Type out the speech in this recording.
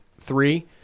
three